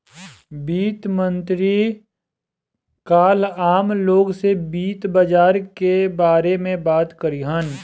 वित्त मंत्री काल्ह आम लोग से वित्त बाजार के बारे में बात करिहन